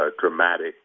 dramatic